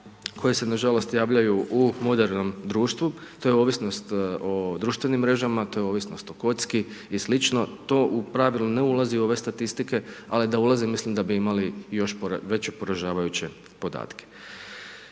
koje se nažalost javljaju u modernom društvu, to je ovisnost o društvenim mrežama, to je ovisnost o kocki i slično. To u pravilu ne ulazi u ove statistike ali da ulazi mislim da bi imali još, veće poražavajuće podatke.